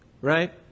Right